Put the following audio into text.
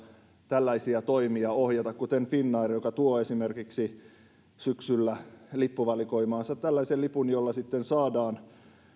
tällaisia toimia ohjata kuten finnair joka esimerkiksi tuo syksyllä lippuvalikoimaansa tällaisen lipun jolla sitten saa